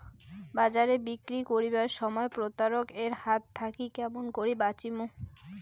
বাজারে বিক্রি করিবার সময় প্রতারক এর হাত থাকি কেমন করি বাঁচিমু?